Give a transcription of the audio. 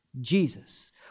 Jesus